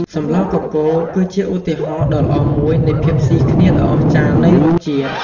សម្លកកូរ គឺជាឧទាហរណ៍ដ៏ល្អមួយនៃភាពស៊ីគ្នាដ៏អស្ចារ្យនៃរសជាតិ។